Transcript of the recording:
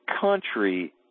country